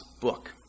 book